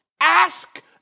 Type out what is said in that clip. Ask